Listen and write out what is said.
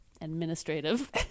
administrative